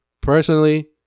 Personally